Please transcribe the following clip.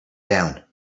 down